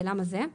ולמה זה?